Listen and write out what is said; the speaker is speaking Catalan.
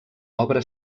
obra